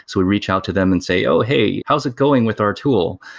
so we reach out to them and say, oh, hey. how's it going with our tool?